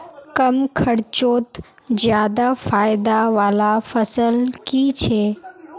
कम खर्चोत ज्यादा फायदा वाला फसल की छे?